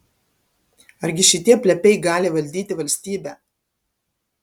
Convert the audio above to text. argi šitie plepiai gali valdyti valstybę